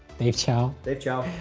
dave chow! dave chow! oh,